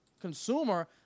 consumer